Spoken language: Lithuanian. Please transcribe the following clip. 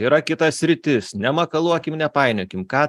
yra kita sritis nemakaluokim nepainiokim ką